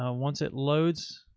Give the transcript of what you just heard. ah once it loads.